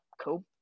cool